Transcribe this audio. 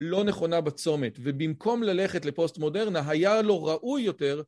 לא נכונה בצומת, ובמקום ללכת לפוסט מודרנה, היה לו ראוי יותר...